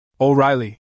O'Reilly